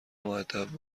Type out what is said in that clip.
مودب